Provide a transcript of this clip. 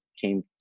came